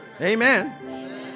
Amen